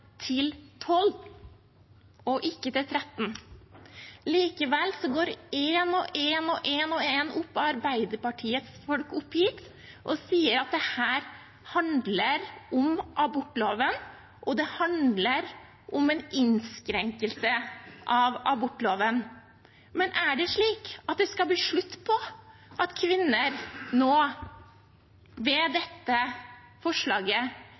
til tolv og ikke til tretten. Likevel går en etter en av Arbeiderpartiets folk opp hit og sier at dette handler om abortloven, og det handler om en innskrenkelse av abortloven. Men er det slik at det nå, med dette forslaget, skal bli slutt på at kvinner